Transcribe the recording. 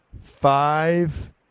five